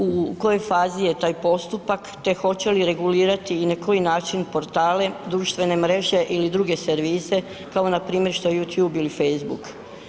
U kojoj fazi je taj postupak te hoće li regulirati i na koji način portale, društvene mreže ili druge servise kao npr. što je youtube ili facebook?